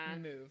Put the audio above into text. move